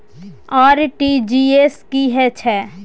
RTG S की है छै?